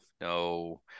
no